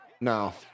No